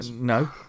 No